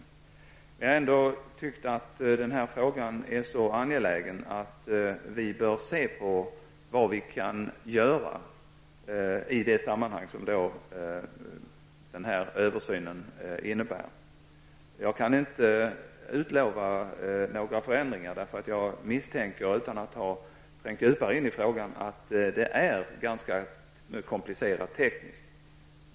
Regeringen har ändå ansett att denna fråga är så angelägen att vi bör se till vad vi kan göra i samband med den översyn som genomförs. Jag kan inte utlova några förändringar, eftersom jag utan att ha trängt djupare in i frågan misstänker att detta är ganska tekniskt komplicerat.